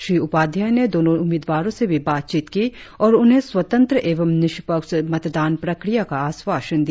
श्री उपाध्याय ने दोनो उम्मीदवारों से भी बातचीत की और उन्हें स्वतंत्र एवं निष्पक्ष मतदान प्रक्रिया का आश्वासन दिया